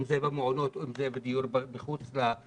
אם זה במעונות או בדיור מחוץ לאוניברסיטה.